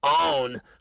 own